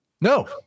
No